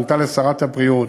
מונתה לשרת הבריאות,